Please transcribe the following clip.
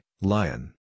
lion